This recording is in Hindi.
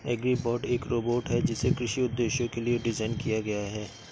एग्रीबॉट एक रोबोट है जिसे कृषि उद्देश्यों के लिए डिज़ाइन किया गया है